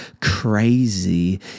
crazy